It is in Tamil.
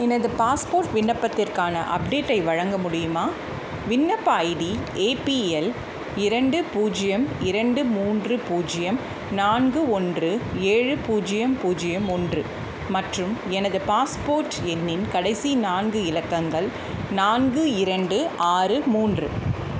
எனது பாஸ்போர்ட் விண்ணப்பத்திற்கான அப்டேட்டை வழங்க முடியுமா விண்ணப்ப ஐடி ஏபிஎல் இரண்டு பூஜ்ஜியம் இரண்டு மூன்று பூஜ்ஜியம் நான்கு ஒன்று ஏழு பூஜ்ஜியம் பூஜ்ஜியம் ஒன்று மற்றும் எனது பாஸ்போர்ட் எண்ணின் கடைசி நான்கு இலக்கங்கள் நான்கு இரண்டு ஆறு மூன்று